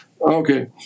okay